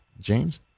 James